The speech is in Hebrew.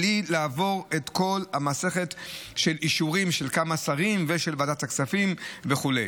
בלי לעבור את כל מסכת האישורים של כמה שרים ושל ועדת הכספים וכו'.